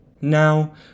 Now